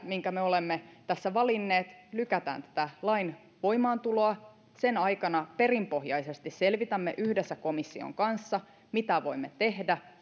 minkä me olemme tässä valinneet lykätään tätä lain voimaantuloa sen aikana perinpohjaisesti selvitämme yhdessä komission kanssa mitä voimme tehdä